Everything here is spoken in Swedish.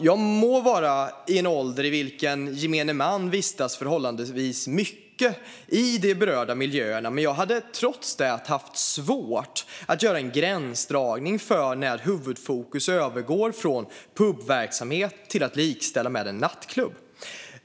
Jag må vara i en ålder i vilken gemene man vistas förhållandevis mycket i de berörda miljöerna, men jag skulle trots det ha svårt att dra en gräns för när huvudfokus övergår från pubverksamhet till något som kan likställas med en nattklubb.